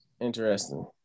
Interesting